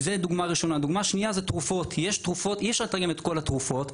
הדוגמה השנייה היא תרופות: אי אפשר לתרגם את כל התרופות,